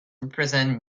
represent